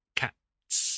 cats